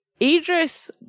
Idris